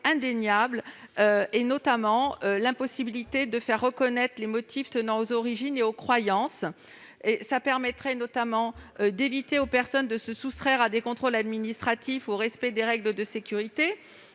indéniables, notamment l'impossibilité d'alléguer des motifs tenant à ses origines ou à ses croyances. Cela permettrait également d'éviter aux personnes de se soustraire à des contrôles administratifs ou au respect des règles de sécurité.